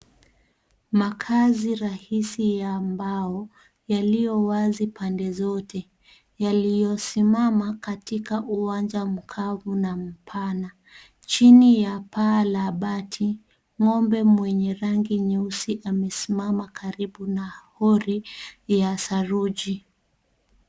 Makazi rahisi ya mbao yaliyo wazi pande zote, yaliyo simama katika uwanja mkavu na mpana chini ya paa la bati ngombe mwenye rangi nyeusi amesimama karibu na pori ya saruji.